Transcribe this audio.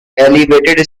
elevated